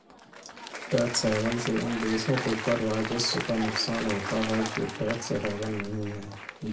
tax haven से उन देशों को कर राजस्व का नुकसान होता है जो टैक्स हेवन नहीं हैं